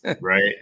Right